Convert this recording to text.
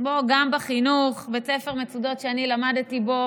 גם בחינוך, בית ספר מצודות שאני למדתי בו